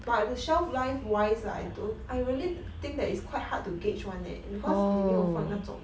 but the shelf life wise I do I really think that is quite hard to gauge [one] leh because they 没有放那种